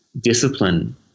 discipline